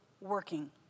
working